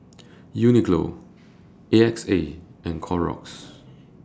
Uniqlo A X A and Clorox